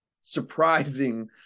surprising